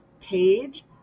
page